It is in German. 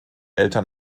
eltern